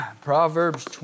Proverbs